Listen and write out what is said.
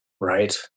right